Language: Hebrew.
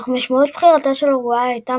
אך משמעות בחירתה של אורוגוואי הייתה